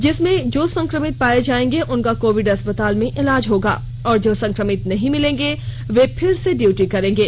इसमें जो संक्रमित पाए जाएंगे उनका कोविड अस्पताल में इलाज होगा और जो संक्रमित नहीं मिलेंगे वे फिर से ड्यूटी करेंगे